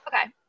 Okay